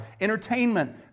entertainment